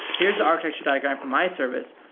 here s the architecture diagram for my service.